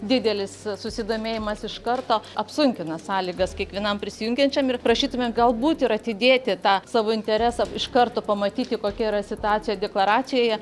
didelis susidomėjimas iš karto apsunkina sąlygas kiekvienam prisijungiančiam ir prašytume galbūt ir atidėti tą savo interesą iš karto pamatyti kokia yra situacija deklaracijoje